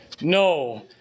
No